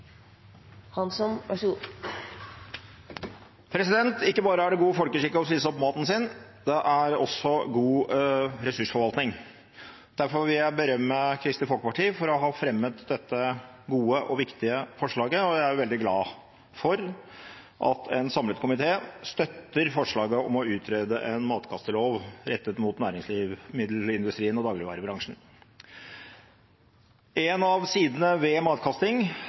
det god folkeskikk å spise opp maten sin; det er også god ressursforvaltning. Derfor vil jeg berømme Kristelig Folkeparti for å ha fremmet dette gode og viktige forslaget, og jeg er veldig glad for at en samlet komité støtter forslaget om å utrede en matkastelov rettet mot næringsmiddelindustrien og dagligvarebransjen. En av sidene ved matkasting